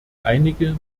einige